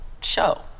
show